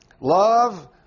Love